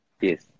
yes